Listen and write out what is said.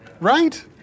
Right